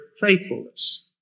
faithfulness